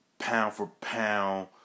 pound-for-pound